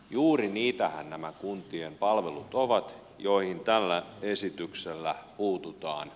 juuri niitähän nämä kuntien palvelut ovat joihin tällä esityksellä puututaan